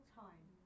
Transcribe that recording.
time